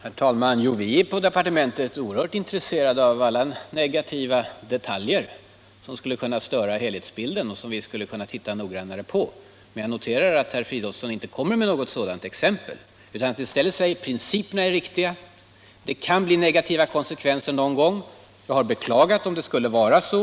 Herr talman! Vi är i departementet oerhört intresserade av alla negativa detaljer som skulle kunna störa helhetsbilden. Dem vill vi kunna titta noggrannare på. Jag noterar att herr Fridolfsson inte kommer med något sådant exempel utan i stället säger att principerna är riktiga men att det kan bli negativa konsekvenser någon gång. Jag har beklagat om det skulle vara så.